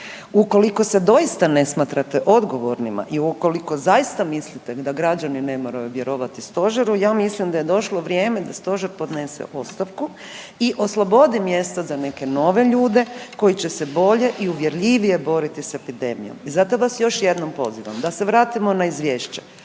Ukoliko se doista ne smatrate odgovornima i ukoliko zaista mislite da građani ne moraju vjerovati stožeru ja mislim da je došlo vrijeme da stožer podnese ostavku i oslobodi mjesta za neke nove ljude koji će se bolje i uvjerljivije boriti sa epidemijom. I zato vas još jednom pozivam da se vratimo na izvješće.